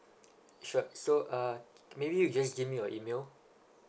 sure so uh maybe you just give me your email